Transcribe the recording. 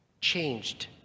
changed